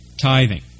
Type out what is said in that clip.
tithing